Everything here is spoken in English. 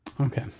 Okay